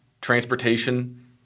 transportation